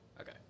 Okay